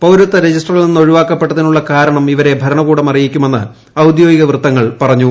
പൌരത്വ രജിസ്റ്ററിൽ നിന്ന് ഒഴിവാക്കപ്പെട്ടതിനുള്ള കാരണം ് ഇവരെ ഭരണകൂടം അറിയിക്കുമെന്ന് ഔദ്യോഗിക വൃത്തങ്ങൾ പറഞ്ഞു